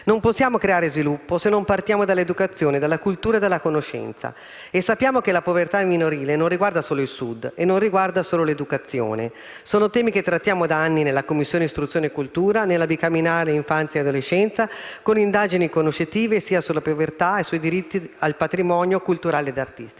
Non possiamo creare sviluppo se non partiamo dall'educazione, dalla cultura e dalla conoscenza. E sappiamo che la povertà minorile non riguarda solo il Sud e non riguarda solo l'educazione. Sono temi che trattiamo da anni in Commissione istruzione e cultura e nella bicamerale infanzia e adolescenza, con indagini conoscitive sia sulla povertà che sui diritti al patrimonio culturale ed artistico.